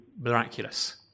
miraculous